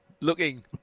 Looking